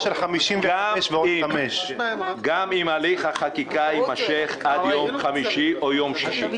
גם אם הליך החקיקה יימשך עד יום חמישי או יום שישי,